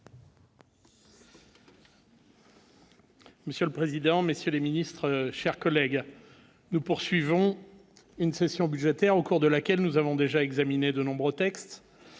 Monsieur le président, messieurs les ministres, cher collègue, nous poursuivons une session budgétaire au cours de laquelle nous avons déjà examiné de nombreux textes,